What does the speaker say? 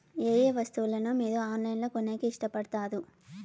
ఏయే వస్తువులను మీరు ఆన్లైన్ లో కొనేకి ఇష్టపడుతారు పడుతారు?